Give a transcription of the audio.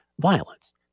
violence